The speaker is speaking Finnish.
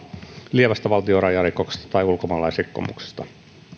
lievästä valtionrajarikoksesta tai ulkomaalaisrikkomuksesta